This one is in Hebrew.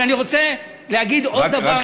אבל אני רוצה להגיד עוד דבר,